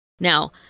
Now